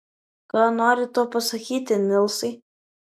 ką nori tuo pasakyti nilsai